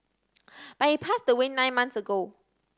but he passed away nine months ago